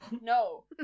No